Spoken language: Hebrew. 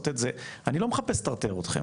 אני לא מחפש לטרטר אתכם.